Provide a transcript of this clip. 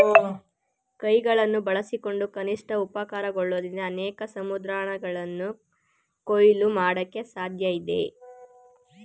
ಕೈಗಳನ್ನು ಬಳಸ್ಕೊಂಡು ಕನಿಷ್ಠ ಉಪಕರಣಗಳೊಂದಿಗೆ ಅನೇಕ ಸಮುದ್ರಾಹಾರಗಳನ್ನ ಕೊಯ್ಲು ಮಾಡಕೆ ಸಾಧ್ಯಇದೆ